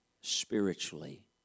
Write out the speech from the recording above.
spiritually